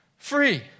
Free